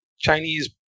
chinese